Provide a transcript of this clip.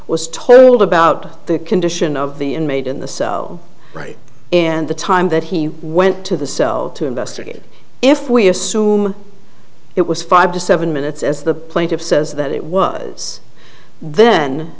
was told about the condition of the inmate in the cell right and the time that he went to the cell to investigate if we assume it was five to seven minutes as the plaintiff says that it was then